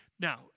Now